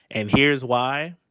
and here's why.